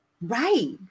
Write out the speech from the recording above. Right